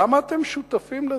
למה אתם שותפים לזה?